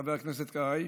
חבר הכנסת קרעי,